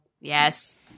yes